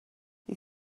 you